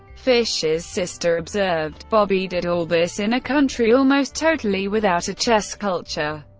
fischer's sister observed, bobby did all this in a country almost totally without a chess culture.